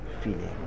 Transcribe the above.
feeling